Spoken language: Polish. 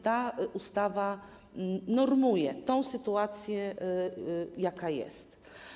Ta ustawa normuje tę sytuację, jaka jest.